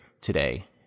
today